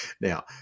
Now